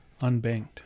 Unbanked